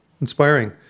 inspiring